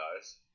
guys